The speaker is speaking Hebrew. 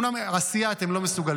אומנם עשייה אתם לא מסוגלים,